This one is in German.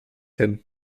hin